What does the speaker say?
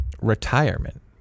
retirement